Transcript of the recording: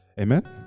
Amen